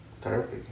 therapy